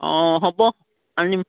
অঁ হ'ব আনিম